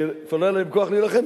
שכבר לא היה להם כוח להילחם,